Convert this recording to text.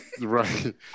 Right